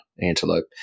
antelope